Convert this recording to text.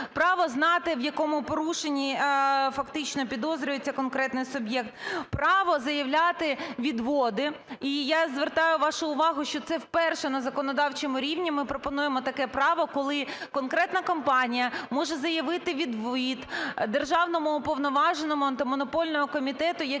право знати, в якому порушенні фактично підозрюється конкретний суб'єкт; право заявляти відводи. І я звертаю вашу увагу, що це вперше на законодавчому рівні ми пропонуємо таке право, коли конкретна компанія може заявити відвід державному уповноваженому Антимонопольного комітету,